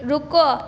रुको